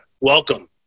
welcome